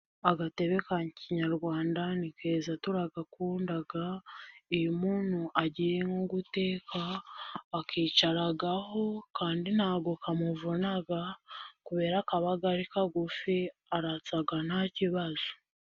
Intebe ya Kinyarwanda ni nziza, turayikunda. Iyo umuntu agiye nko guteka, ayicaraho kandi ntabwo imuvuna, kubera iba ari ngufi. Aratsa nta kibazo.